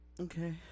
okay